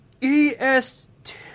E-S-T